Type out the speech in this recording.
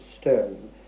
stone